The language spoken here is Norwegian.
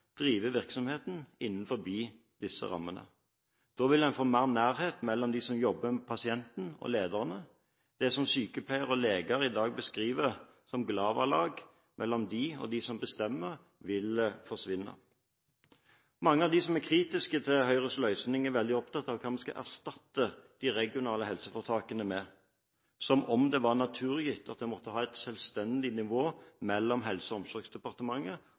drive virksomheten innenfor disse rammene. Da vil man få mer nærhet mellom dem som jobber med pasientene, og lederne. Det som sykepleiere og leger i dag beskriver som «glavalag» mellom dem og dem som bestemmer, vil forsvinne. Mange av dem som er kritiske til Høyres løsning, er veldig opptatt av hva vi skal erstatte de regionale helseforetakene med – som om det er naturgitt å ha et selvstendig nivå mellom Helse- og omsorgsdepartementet